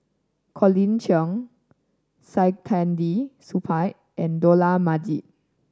Colin Cheong Saktiandi Supaat and Dollah Majid